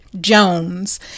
Jones